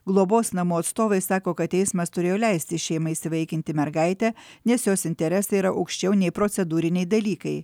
globos namų atstovai sako kad teismas turėjo leisti šeimai įsivaikinti mergaitę nes jos interesai yra aukščiau nei procedūriniai dalykai